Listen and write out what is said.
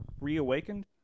reawakened